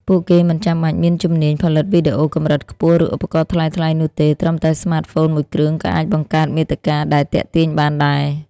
ពួកគេមិនចាំបាច់មានជំនាញផលិតវីដេអូកម្រិតខ្ពស់ ឬឧបករណ៍ថ្លៃៗនោះទេ ត្រឹមតែស្មាតហ្វូនមួយគ្រឿងក៏អាចបង្កើតមាតិកាដែលទាក់ទាញបានដែរ។